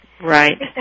Right